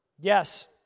Yes